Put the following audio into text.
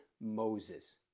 Moses